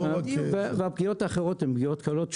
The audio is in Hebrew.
לא רק והפגיעות האחרות הן פגיעות קלות.